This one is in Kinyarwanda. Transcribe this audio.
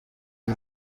uru